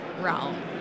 realm